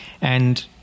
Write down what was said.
and-